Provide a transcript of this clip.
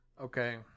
okay